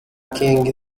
king